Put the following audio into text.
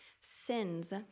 sins